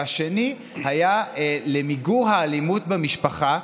והשני היה למיגור האלימות במשפחה,